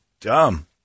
dumb